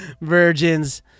virgins